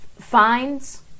Fines